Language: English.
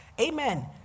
Amen